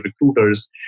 recruiters